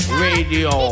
radio